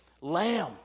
lamb